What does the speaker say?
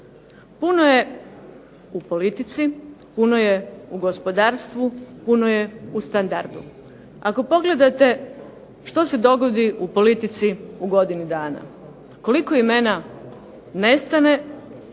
Puno je u politici, puno je u gospodarstvu, puno je u standardu. Ako pogledate što se dogodi u politici u godini dana, koliko imena nestane,